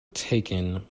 taken